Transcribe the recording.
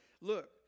Look